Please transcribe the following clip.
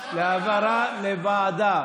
להצבעה על העברה לוועדה.